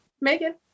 Megan